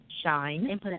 Shine